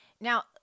Now